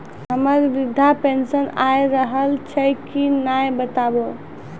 हमर वृद्धा पेंशन आय रहल छै कि नैय बताबू?